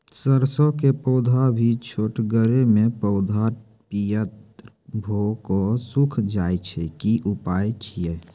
सरसों के पौधा भी छोटगरे मे पौधा पीयर भो कऽ सूख जाय छै, की उपाय छियै?